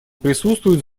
присутствуют